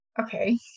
okay